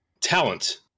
talent